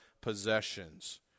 possessions